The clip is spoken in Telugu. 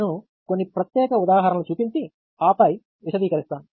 నేను కొన్ని ప్రత్యేక ఉదాహరణలను చూపించి ఆపై విశదీకరిస్తాడు